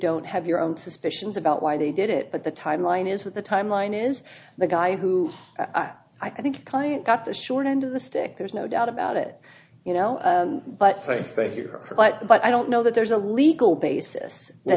don't have your own suspicions about why they did it but the timeline is with the timeline is the guy who i think client got the short end of the stick there's no doubt about it you know but i think you're right but i don't know that there's a legal basis that